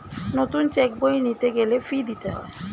নতুন চেক বই নিতে গেলে ফি দিতে হয়